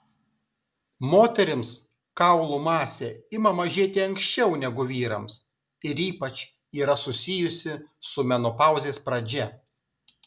moterims kaulų masė ima mažėti anksčiau negu vyrams ir ypač yra susijusi su menopauzės pradžia